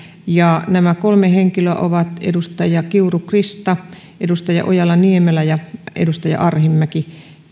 ja nämä kolme henkilöä ovat edustaja kiuru krista edustaja ojala niemelä ja edustaja arhinmäki